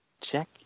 Check